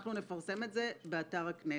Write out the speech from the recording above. אנחנו נפרסם את זה באתר הכנסת.